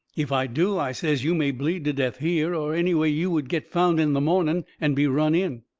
if i do, i says, you may bleed to death here or anyway you would get found in the morning and be run in.